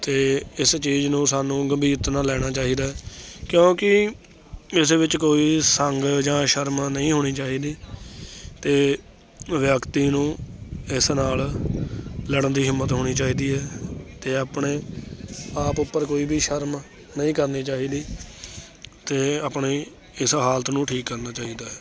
ਅਤੇ ਇਸੇ ਚੀਜ਼ ਨੂੰ ਸਾਨੂੰ ਗੰਭੀਰਤਾ ਨਾ ਲੈਣਾ ਚਾਹੀਦਾ ਕਿਉਂਕਿ ਇਸ ਵਿੱਚ ਕੋਈ ਸੰਗ ਜਾਂ ਸ਼ਰਮ ਨਹੀਂ ਹੋਣੀ ਚਾਹੀਦੀ ਅਤੇ ਵਿਅਕਤੀ ਨੂੰ ਇਸ ਨਾਲ ਲੜਨ ਦੀ ਹਿੰਮਤ ਹੋਣੀ ਚਾਹੀਦੀ ਹੈ ਅਤੇ ਆਪਣੇ ਆਪ ਉੱਪਰ ਕੋਈ ਵੀ ਸ਼ਰਮ ਨਹੀਂ ਕਰਨੀ ਚਾਹੀਦੀ ਅਤੇ ਆਪਣੀ ਇਸ ਹਾਲਤ ਨੂੰ ਠੀਕ ਕਰਨਾ ਚਾਹੀਦਾ ਹੈ